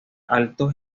alto